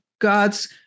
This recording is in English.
God's